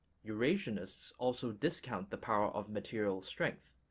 eurasianists also discount the power of material strength,